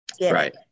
right